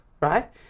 right